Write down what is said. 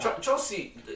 Chelsea